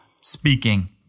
speaking